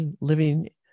living